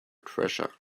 treasure